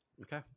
Okay